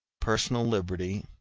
personal liberty,